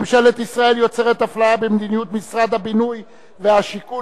ממשלת ישראל יוצרת אפליה במדיניות משרד הבינוי והשיכון